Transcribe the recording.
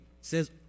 says